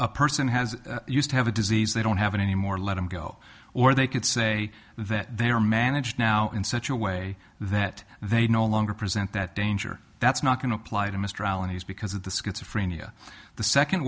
a person has used have a disease they don't have it anymore let him go or they could say that they are managed now in such a way that they no longer present that danger that's not going to apply to mr allen is because of the schizophrenia the second